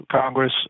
Congress